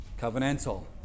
Covenantal